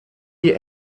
die